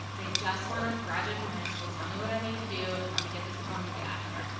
they just wanna graduate from high school, tell me what i need to do and let me get this diploma and get outta here.